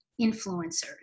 influencers